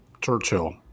Churchill